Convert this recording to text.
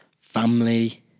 family